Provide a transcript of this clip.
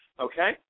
Okay